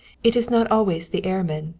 it is not always the airman,